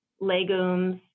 legumes